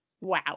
wow